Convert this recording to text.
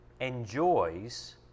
enjoys